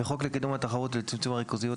בחוק לקידום התחרות ולצמצום הריכוזיות,